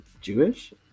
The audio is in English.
Jewish